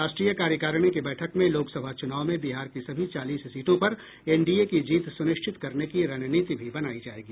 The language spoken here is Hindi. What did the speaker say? राष्ट्रीय कार्यकारिणी की बैठक में लोकसभा चुनाव में बिहार की सभी चालीस सीटों पर एनडीए की जीत सुनिश्चित करने की रणनीति भी बनाई जायेगी